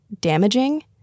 damaging